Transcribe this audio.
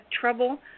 trouble